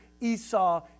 Esau